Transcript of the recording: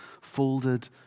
folded